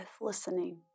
listening